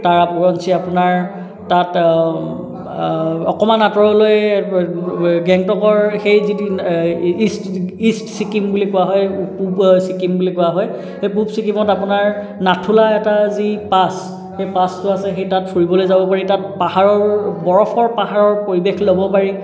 তাৰ ওপৰঞ্চি আপোনাৰ তাত অকণমান আঁতৰলৈ গেংটকৰ সেই ইষ্ট ছিকিম বুলি কোৱা হয় পূৱ ছিকিম বুলি কোৱা হয় সেই পূৱ ছিকিমত আপোনাৰ নাথোলা এটা যি পাছ সেই পাছটো আছে সেই তাত ফুৰিবলৈ যাব পাৰি তাত পাহাৰৰ বৰফৰ পাহাৰৰ পৰিৱেশটো ল'ব পাৰি